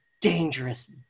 dangerous